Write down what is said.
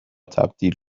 تبدیل